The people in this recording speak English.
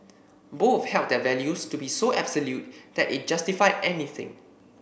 both held their values to be so absolute that it justified anything